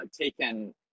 taken